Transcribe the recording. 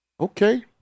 Okay